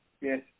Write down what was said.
Yes